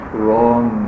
wrong